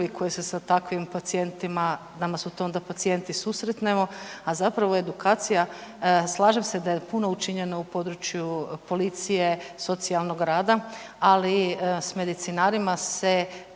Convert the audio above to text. koji se sa takvim pacijentima, nama su tu onda pacijenti susretnemo, a zapravo je edukacija, slažem se da je puno učinjeno u području policije, socijalnog rada, ali s medicinarima se